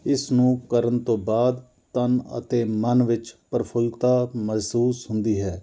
ਇਸ ਨੂੰ ਕਰਨ ਤੋਂ ਬਾਅਦ ਤਨ ਅਤੇ ਮਨ ਵਿੱਚ ਪ੍ਰਫੁੱਲਤਾ ਮਹਿਸੂਸ ਹੁੰਦੀ ਹੈ